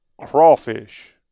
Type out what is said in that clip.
crawfish